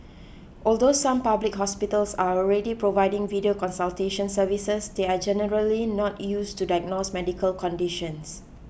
although some public hospitals are already providing video consultation services they are generally not used to diagnose medical conditions